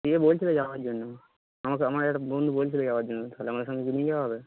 বলছিল যাওয়ার জন্য আমাকে আমার একটা বন্ধু বলছিল যাওয়ার জন্য তাহলে আমাদের সঙ্গে কি নিয়ে যা হবে